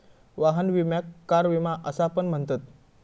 वाहन विम्याक कार विमा असा पण म्हणतत